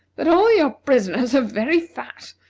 that all your prisoners are very fat,